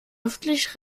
öffentlich